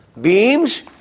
beams